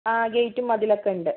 ആ ഗേറ്റും മതിലോക്കെ ഉണ്ട്